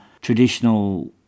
traditional